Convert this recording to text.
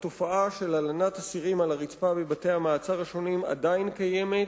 התופעה של הלנת אסירים על הרצפה בבתי-המעצר השונים עדיין קיימת,